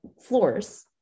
floors